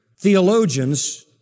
theologians